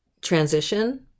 transition